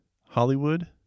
Hollywood